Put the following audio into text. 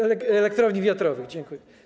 Elektrowni wiatrowych - dziękuję.